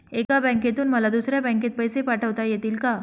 एका बँकेतून मला दुसऱ्या बँकेत पैसे पाठवता येतील का?